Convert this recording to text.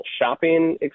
shopping